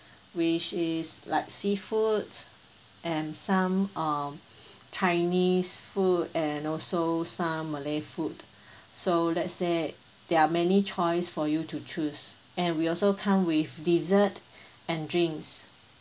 which is like seafood and some um chinese food and also some malay food so let's say there are many choice for you to choose and we also come with dessert and drinks